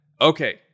Okay